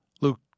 Luke